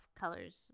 colors